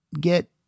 get